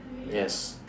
yes